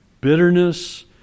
Bitterness